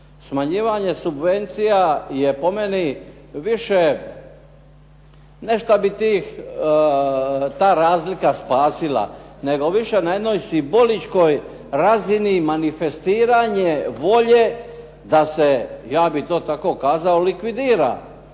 Smanjivanje subvencija je po meni više ne šta bi ta razlika spasila nego više na jednoj simboličkoj razini manifestiranje volje da se ja bih to tako kazao likvidira